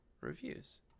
reviews